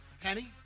penny